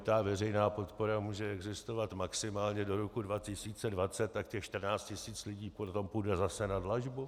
Ta dvojitá veřejná podpora může existovat maximálně do roku 2020, tak těch 14 tisíc lidí potom půjde zase na dlažbu?